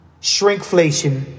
shrinkflation